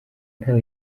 ntayo